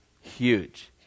Huge